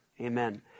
Amen